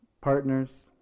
partners